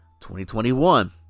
2021